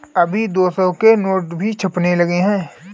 अभी दो सौ के नोट भी छपने लगे हैं